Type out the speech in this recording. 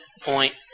point